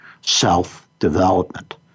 self-development